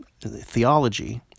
theology